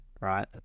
right